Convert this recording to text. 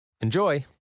Enjoy